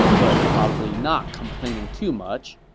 but probably not complaining too much.